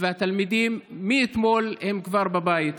והתלמידים מאתמול כבר בבית.